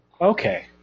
Okay